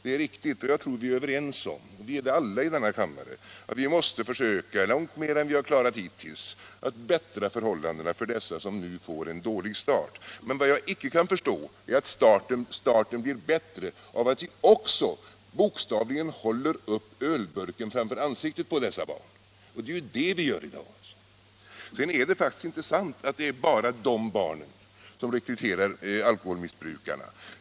Det är riktigt och jag tror att alla i denna kammare är överens om att vi mycket mera än hittills måste försöka förbättra förhållandena för dem som nu får en dålig start. Men vad jag icke kan förstå är att starten blir bättre av att vi bokstavligen håller upp ölburken framför ansiktet på dessa barn, för det är ju det vi gör i dag. Sedan är det faktiskt inte sant att det är bara dessa barn som är alkoholmissbrukare.